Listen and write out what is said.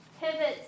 pivots